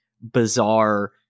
bizarre